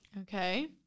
Okay